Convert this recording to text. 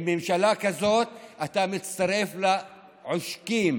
עם ממשלה כזאת אתה מצטרף לעושקים.